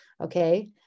okay